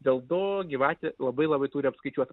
dėl to gyvatė labai labai turi apskaičiuot